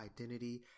Identity